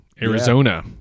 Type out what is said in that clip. Arizona